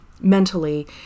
mentally